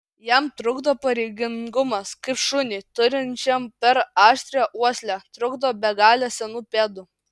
jam trukdo pareigingumas kaip šuniui turinčiam per aštrią uoslę trukdo begalė senų pėdų